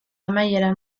amaiera